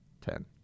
Ten